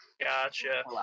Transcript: Gotcha